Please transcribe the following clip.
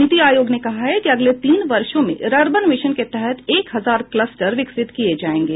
नीति आयोग ने कहा है कि अगले तीन वर्षो में रर्बन मिशन के तहत एक हजार क्लस्टर विकसित किये जायेंगे